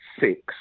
Six